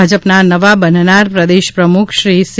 ભાજપના નવા બનનારા પ્રદેશ પ્રમુખ શ્રી સી